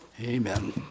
amen